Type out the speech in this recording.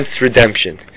redemption